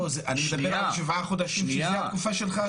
לא, אני מדבר על שבעה חודשים שזה התקופה שלך.